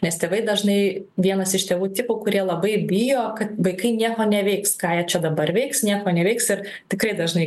nes tėvai dažnai vienas iš tėvų tipų kurie labai bijo kad vaikai nieko neveiks ką jie čia dabar veiks nieko neveiks ir tikrai dažnai